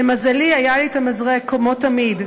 למזלי, היה לי המזרק כמו תמיד.